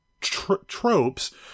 tropes